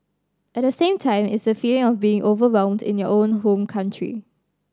at the same time it's the feeling of being overwhelmed in your own home country